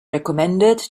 recommended